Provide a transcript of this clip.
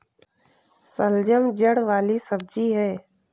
शलजम जड़ वाली सब्जी है